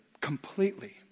completely